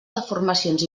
deformacions